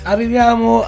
Arriviamo